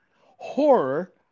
horror